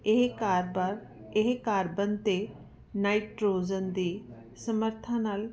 ਇਹ ਕਾਰਬਾਰ ਇਹ ਕਾਰਬਨ ਤੇ ਨਾਈਟਰੋਜਨ ਦੇ ਸਮਰਥਾਂ ਨਾਲ